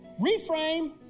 Reframe